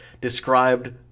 described